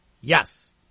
Yes